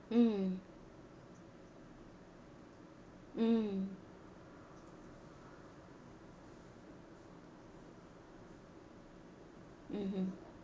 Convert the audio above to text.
mm mm mmhmm